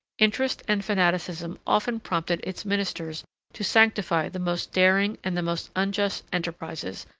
interest and fanaticism often prompted its ministers to sanctify the most daring and the most unjust enterprises,